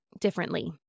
differently